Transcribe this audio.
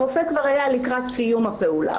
הרופא כבר היה לקראת סיום הפעולה.